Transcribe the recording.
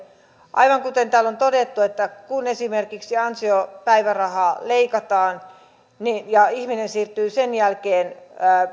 aivan kuten täällä on todettu kun esimerkiksi ansiopäivärahaa leikataan ja ihminen siirtyy sen jälkeen